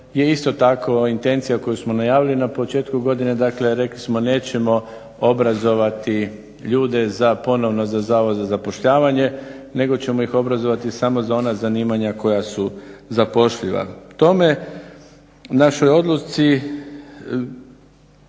je isto tako intencija koju smo najavili na početku godine. Dakle, rekli smo nećemo obrazovati ljude za ponovno za Zavodu za zapošljavanje nego ćemo ih obrazovati samo za ona zanimanja koja su zapošljiva. K tome našoj odluci